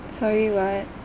sorry what